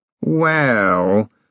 Well